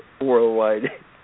worldwide